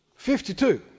52